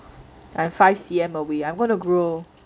I'm five C_M away I'm gonna grow